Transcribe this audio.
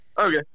Okay